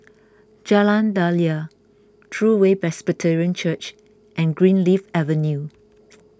Jalan Daliah True Way Presbyterian Church and Greenleaf Avenue